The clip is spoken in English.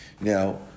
Now